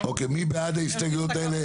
מי בעד ההסתייגויות האלה?